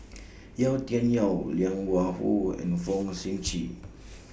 Yau Tian Yau Liang Wenfu and Fong Sip Chee